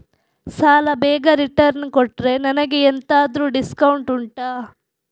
ಸಾಲ ಬೇಗ ರಿಟರ್ನ್ ಕೊಟ್ರೆ ನನಗೆ ಎಂತಾದ್ರೂ ಡಿಸ್ಕೌಂಟ್ ಉಂಟಾ